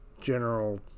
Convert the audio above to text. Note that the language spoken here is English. general